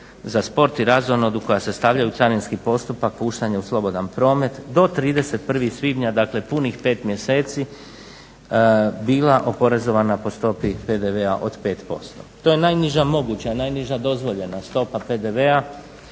za sport i razonodu koja se stavljaju u carinski postupak puštanja u slobodan promet do 31. svibnja, dakle punih 5 mjeseci bila oporezovana po stopi PDV-a od 5%. To je najniža moguća, najniža dozvoljena stopa PDV-a